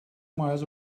miles